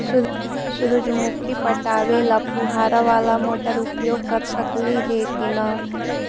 सुरजमुखी पटावे ल फुबारा बाला मोटर उपयोग कर सकली हे की न?